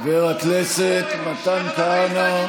יאיר, חבר הכנסת מתן כהנא,